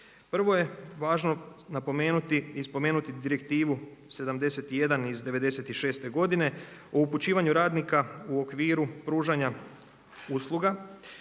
Prvo je važno napomenuti i spomenuti Direktivu 71/1996 o upućivanju radnika u okviru pružanja usluga,